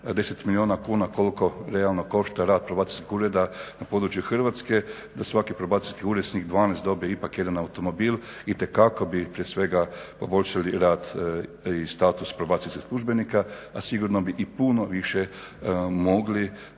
10 milijuna kuna koliko realno košta rad probacijskih ureda na području Hrvatske da svaki probacijskih ured, njih 12 dobije ipak jedan automobil itekako bi prije svega poboljšali rad i status probacijskih službenika a sigurno bi i puno više mogli